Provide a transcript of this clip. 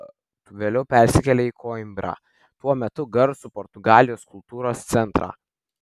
vėliau persikėlė į koimbrą tuo metu garsų portugalijos kultūros centrą